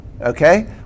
Okay